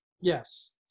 Yes